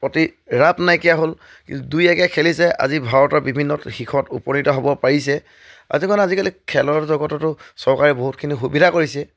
প্ৰতি ৰাপ নাইকিয়া হ'ল কিন্তু দুই একে খেলিছে আজি ভাৰতৰ বিভিন্ন শিখৰত উপনীত হ'ব পাৰিছে আজিকালি আজিকালি খেলৰ জগততো চৰকাৰে বহুতখিনি সুবিধা কৰিছে